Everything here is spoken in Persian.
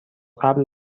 قبل